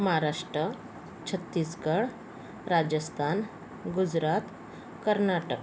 Maharashtra Chhattisgarh Rajasthan Gujarat Karnataka